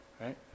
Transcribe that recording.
right